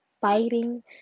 fighting